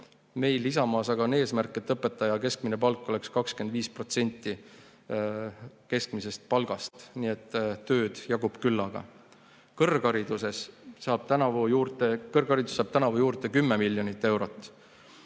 Meil Isamaas aga on eesmärk, et õpetaja keskmine palk oleks [125]% keskmisest palgast, nii et tööd jagub küllaga. Kõrgharidus saab tänavu juurde 10 miljonit eurot.